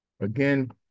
Again